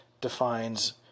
defines